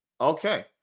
okay